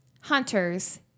Hunters